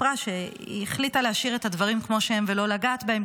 סיפרה שהיא החליטה להשאיר את הדברים ולא לגעת בהם,